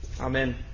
Amen